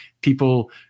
people